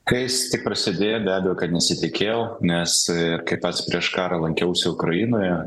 ka jis tik prasidėjo be abejo kad nesitikėjau nes kai pats prieš karą lankiausi ukrainoje